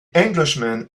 englishman